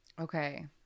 Okay